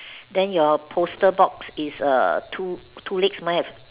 then your poster box is err two two legs mine have